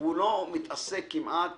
הוא לא מתעסק כמעט